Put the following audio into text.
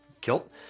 kilt